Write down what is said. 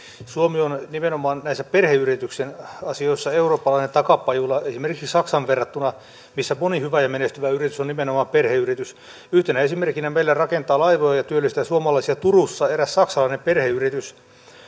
suomi on nimenomaan näissä perheyritysten asioissa eurooppalainen takapajula verrattuna esimerkiksi saksaan missä moni hyvä ja menestyvä yritys on nimenomaan perheyritys yhtenä esimerkkinä meillä rakentaa laivoja ja ja työllistää suomalaisia turussa eräs saksalainen perheyritys